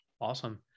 Awesome